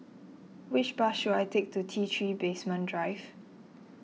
which bus should I take to T three Basement Drive